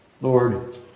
Lord